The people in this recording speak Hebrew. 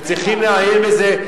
וצריכים לעיין בזה,